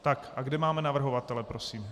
A kde máme navrhovatele prosím?